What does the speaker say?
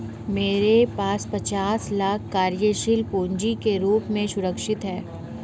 मेरे पास पचास लाख कार्यशील पूँजी के रूप में सुरक्षित हैं